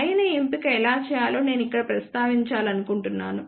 సరైన ఎంపిక ఎలా చేయాలో నేను ఇక్కడ ప్రస్తావించాలనుకుంటున్నాను